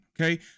Okay